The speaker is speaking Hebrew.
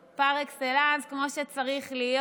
זה שיעור אזרחות פר אקסלנס, כמו שצריך להיות.